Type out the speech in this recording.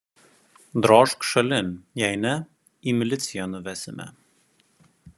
drožk šalin jei ne į miliciją nuvesime